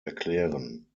erklären